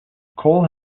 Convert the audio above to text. cole